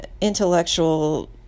intellectual